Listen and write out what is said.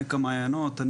מעמק המעיינות.